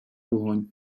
вогонь